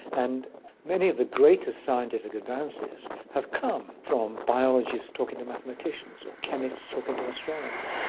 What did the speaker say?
and many of the greatest scientific advances have come from biologists talking to mathematicians or chemists talking to astronomers,